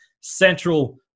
Central